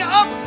up